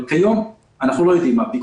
אבל כיום אנחנו לא יודעים מהו *P.